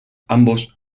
ambos